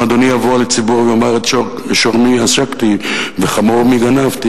אם אדוני יבוא לציבור ויאמר: את שור מי עשקתי וחמור מי גנבתי?